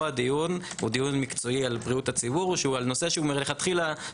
פה הדיון הוא דיון מקצועי על בריאות הציבור על נושא שונה שמים